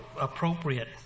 appropriate